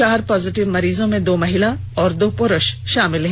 चार पॉजिटिव मरीजों में दो महिला और दो पुरूष शामिल हैं